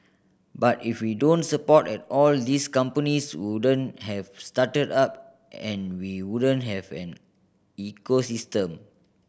but if you don't support at all these companies wouldn't have started up and we wouldn't have an ecosystem